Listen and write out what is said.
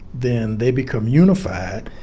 then they become unified,